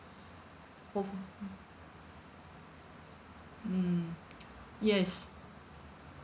home mm yes